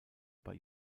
bei